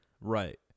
Right